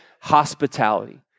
hospitality